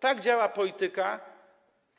Tak działa polityka